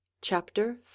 Chapter